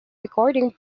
recording